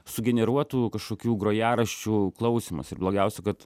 sugeneruotų kažkokių grojaraščių klausymas ir blogiausia kad